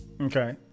Okay